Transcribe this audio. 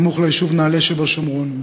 סמוך ליישוב נעלה שבשומרון,